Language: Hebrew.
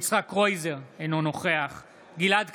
קרויזר, אינו נוכח גלעד קריב,